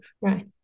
Right